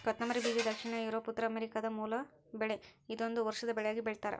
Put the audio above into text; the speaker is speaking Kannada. ಕೊತ್ತಂಬರಿ ಬೀಜ ದಕ್ಷಿಣ ಯೂರೋಪ್ ಉತ್ತರಾಮೆರಿಕಾದ ಮೂಲದ ಬೆಳೆ ಇದೊಂದು ವರ್ಷದ ಬೆಳೆಯಾಗಿ ಬೆಳ್ತ್ಯಾರ